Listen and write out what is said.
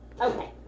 Okay